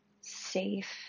safe